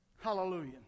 Hallelujah